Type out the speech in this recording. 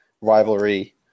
rivalry